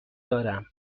دارم